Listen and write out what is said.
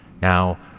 Now